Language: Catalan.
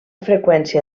freqüència